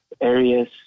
areas